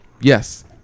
yes